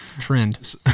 trend